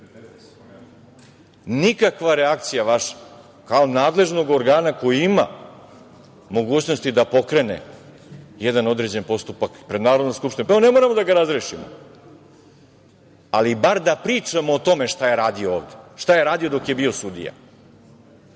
Nikakva reakcija vaša kao nadležnog organa koji ima mogućnosti da pokrene jedan određen postupak pred Narodnom skupštinom. Evo, ne moramo da ga razrešimo, ali bar da pričamo o tome šta je radio ovde, šta je radio dok je bio sudija.